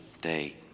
day